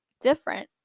different